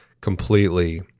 completely